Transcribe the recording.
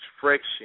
friction